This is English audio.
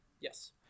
Yes